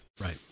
Right